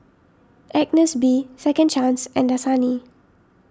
Agnes B Second Chance and Dasani